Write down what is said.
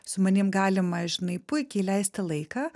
su manim galima žinai puikiai leisti laiką